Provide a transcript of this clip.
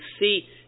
see